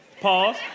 Pause